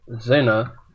Zena